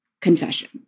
confession